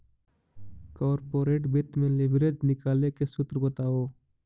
corporate वित्त में leverage निकाले के सूत्र बताओ